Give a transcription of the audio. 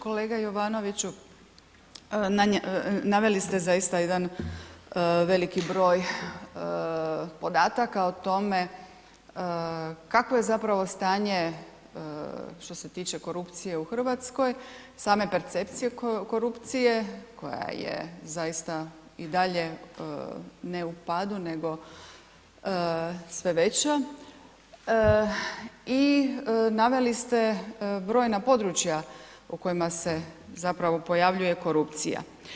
Kolega Jovanoviću, naveli ste zaista jedan veliki broj podataka o tome kakvo je zapravo stanje što se tiče korupcije u RH, same percepcije korupcije koja je zaista i dalje, ne u padu, nego sve veća i naveli ste brojna područja u kojima se zapravo pojavljuje korupcija.